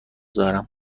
دارم